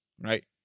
right